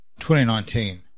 2019